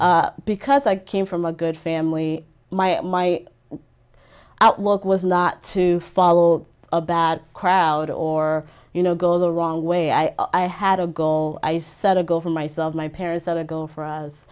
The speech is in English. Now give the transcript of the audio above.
because i came from a good family my my that work was not to follow a bad crowd or you know go the wrong way i i had a goal i set a goal for myself my parents never go for us